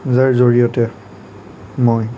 যাৰ জৰিয়তে মই